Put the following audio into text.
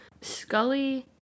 Scully